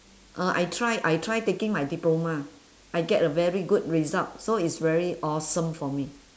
uh I tried I try taking my diploma I get a very good result so is very awesome for me